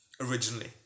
originally